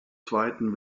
zweiten